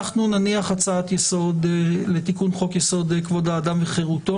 אנחנו נניח הצעת יסוד לתיקון חוק-יסוד: כבוד האדם וחירותו